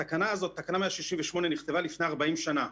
התקנה הזאת, תקנה 168 נכתבה לפני 40 שנה.